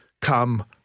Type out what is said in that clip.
come